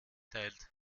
teilt